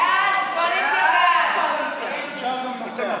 ההצעה להעביר את הצעת חוק שחרור על תנאי ממאסר (תיקון מס' 17,